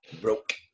broke